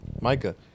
Micah